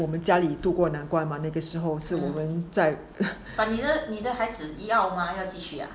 我们家里度过难关吗那个时候是我们在